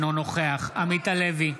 אינו נוכח עמית הלוי,